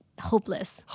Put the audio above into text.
hopeless